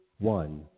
One